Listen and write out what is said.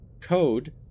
code